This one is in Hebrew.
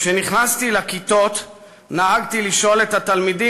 כשנכנסתי לכיתות נהגתי לשאול את התלמידים